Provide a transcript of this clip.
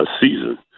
season